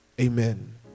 Amen